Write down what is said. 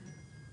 קודם.